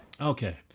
Okay